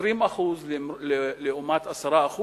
20% לעומת 10%,